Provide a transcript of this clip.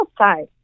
outside